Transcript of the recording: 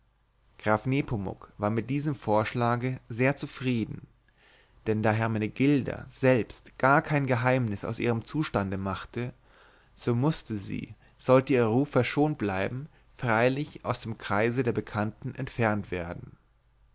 graf nepomuk war mit diesem vorschlage sehr zufrieden denn da hermenegilda selbst gar kein geheimnis aus ihrem zustande machte so mußte sie sollte ihr ruf verschont bleiben freilich aus dem kreise der bekannten entfernt werden